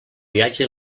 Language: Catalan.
viatge